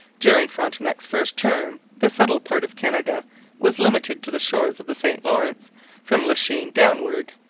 during frontenac's first term the settled part of canada was limited to the shores of the st lawrence from lachine downward,